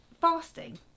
fasting